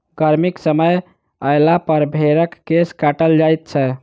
गर्मीक समय अयलापर भेंड़क केश काटल जाइत छै